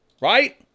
Right